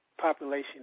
population